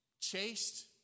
chased